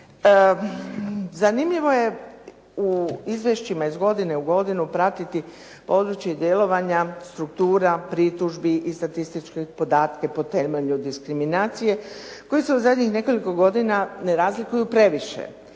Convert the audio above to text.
Zanimljivo je u izvješćima iz godine u godinu pratiti područje djelovanja, struktura, pritužbi i statističke podatke po temelju diskriminacije koji se u zadnjih nekoliko godina ne razlikuju previše.